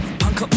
punk